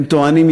הם טוענים,